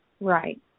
Right